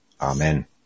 Amen